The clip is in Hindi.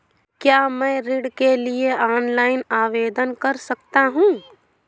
क्या मैं ऋण के लिए ऑनलाइन आवेदन कर सकता हूँ?